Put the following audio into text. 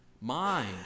mind